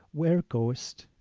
where goest?